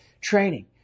training